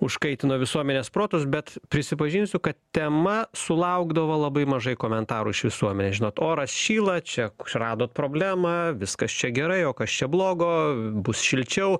užkaitino visuomenės protus bet prisipažinsiu kad tema sulaukdavo labai mažai komentarų iš visuomenės žinot oras šyla čia radot problemą viskas čia gerai o kas čia blogo bus šilčiau